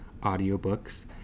audiobooks